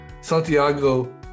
Santiago